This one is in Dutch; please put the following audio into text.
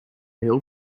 heel